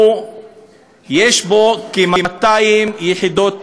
יש בו כ-200 יחידות דיור.